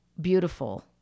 beautiful